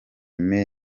mane